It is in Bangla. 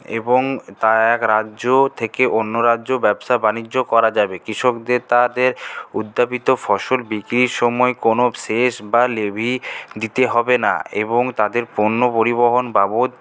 এবং তা এক রাজ্য থেকে অন্য রাজ্য ব্যবসা বাণিজ্য করা যাবে কৃষকদের তাদের উদ্যাপিত ফসল বিক্রির সময় কোনো শেষ বা লেভি দিতে হবে না এবং তাদের পণ্য পরিবহন বাবদ